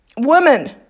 Woman